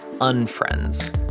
unfriends